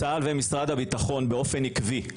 צה"ל ומשרד הביטחון באופן עקבי,